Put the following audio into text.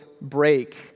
break